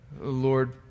Lord